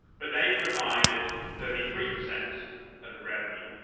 but they provided thirty three percent of the revenue.